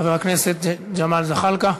חבר הכנסת ג'מאל זחאלקה,